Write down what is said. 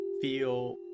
feel